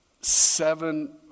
seven